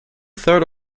third